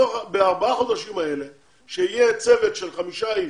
בארבעה חודשים האלה שיהיה צוות של חמישה איש,